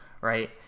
right